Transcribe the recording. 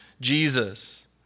Jesus